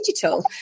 Digital